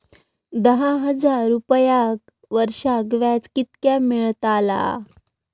दहा हजार रुपयांक वर्षाक व्याज कितक्या मेलताला?